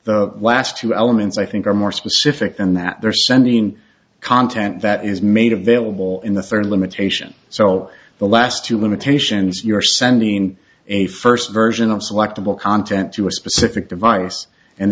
the last two elements i think are more specific than that they're sending content that is made available in the third limitation so the last two limitations you are sending a first version of selectable content to a specific device and